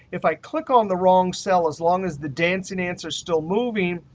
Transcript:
if i click on the wrong cell, as long as the dancing ants are still moving,